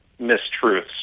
mistruths